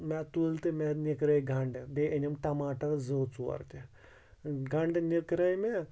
مےٚ تُلۍ تہٕ مےٚ نِکرٲے گَنڈٕ بیٚیہِ أنِم ٹماٹر زٕ ژور تہِ گَنڈٕ نِکرٲے مےٚ